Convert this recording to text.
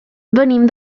venim